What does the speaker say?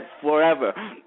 forever